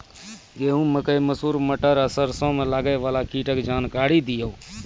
गेहूँ, मकई, मसूर, मटर आर सरसों मे लागै वाला कीटक जानकरी दियो?